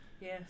Yes